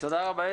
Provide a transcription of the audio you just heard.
תודה רבה.